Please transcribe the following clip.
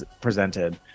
presented